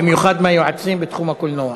במיוחד מהיועצים בתחום הקולנוע.